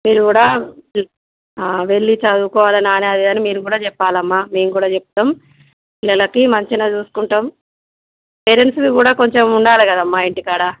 మీరు కూడా వెళ్ళి చదువుకోవాలని అనాలి కాని మీరు కూడా చెప్పాలమ్మా మేము కూడా చెప్తాము పిల్లలకి మంచిగనే చూసుకుంటాము పేరెంట్స్కి కూడా కొంచెం ఉండాలి కదమ్మా ఇంటికాడ